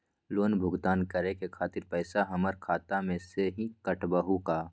Loan भुगतान करे के खातिर पैसा हमर खाता में से ही काटबहु का?